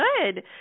good